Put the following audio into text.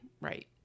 Right